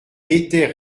étaient